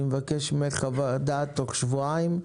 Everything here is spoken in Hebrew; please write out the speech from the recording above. אני מבקש ממך חוות דעת תוך שבועיים.